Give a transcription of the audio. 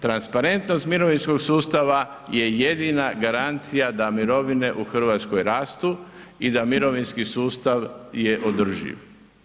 Transparentnost mirovinskog sustava je jedina garancija da mirovine u Hrvatskoj rastu i da mirovinski sustav je održiv.